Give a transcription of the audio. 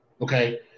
okay